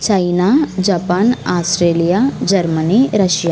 China Japan Australia Germany Russia